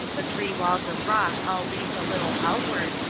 the three walls of rock all leant a little outward,